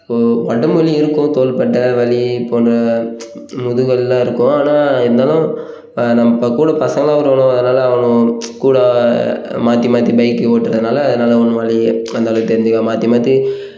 இப்போது உடம்பு வலி இருக்கும் தோள்பட்டை வலி போன்ற முதுகு வலியெல்லாம் இருக்கும் ஆனால் இருந்தாலும் நம்ப இப்போ கூட பசங்களெலாம் வருவாணுவோ அதனால் அவனுவோ கூட மாற்றி மாற்றி பைக்கு ஓட்டுறதனால அதனால் ஒன்றும் வலி அந்த அளவுக்குத் தெரிஞ்குக்காது மாற்றி மாற்றி